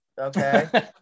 okay